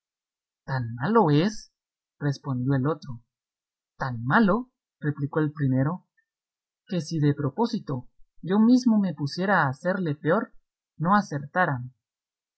malo es respondió el otro tan malo replicó el primero que si de propósito yo mismo me pusiera a hacerle peor no acertara